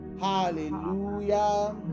Hallelujah